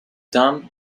dumb